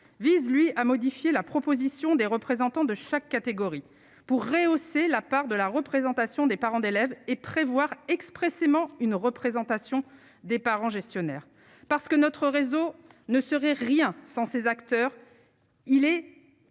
vise lui a modifié la proposition des représentants de chaque catégorie pour rehausser la part de la représentation des parents d'élèves et prévoir expressément une représentation des parents gestionnaire, parce que notre réseau ne serait rien sans ses acteurs il est,